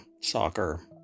soccer